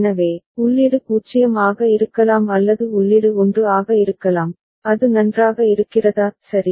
எனவே உள்ளீடு 0 ஆக இருக்கலாம் அல்லது உள்ளீடு 1 ஆக இருக்கலாம் அது நன்றாக இருக்கிறதா சரி